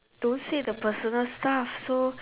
don't say the personal stuffs so